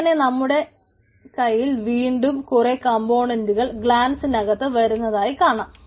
അങ്ങനെ നമുക്ക് വീണ്ടും കുറെ കംപോണന്റുകൾ ഗ്ലാൻസിനകത്ത് വരുന്നതായി കാണാം